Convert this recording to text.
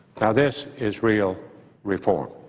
now, this is real reform.